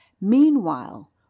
Meanwhile